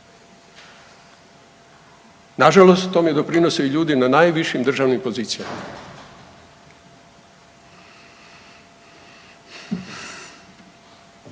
nažalost tome doprinose i ljudi na najvišim državnim pozicijama,